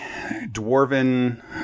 Dwarven